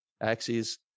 axes